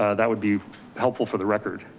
ah that would be helpful for the record.